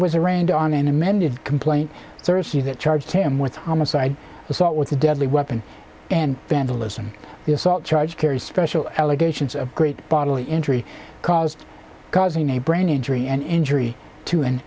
arraigned on an amended complaint thursday that charged him with homicide assault with a deadly weapon and vandalism the assault charge carries special allegations of great bodily injury caused causing a brain injury and injury to an